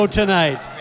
tonight